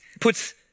puts